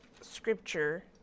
Scripture